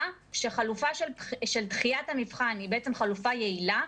שחלופה של דחיית המבחן היא חלופה יעילה,